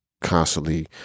constantly